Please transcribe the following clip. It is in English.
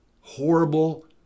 horrible